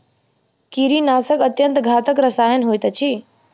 कीड़ीनाशक अत्यन्त घातक रसायन होइत अछि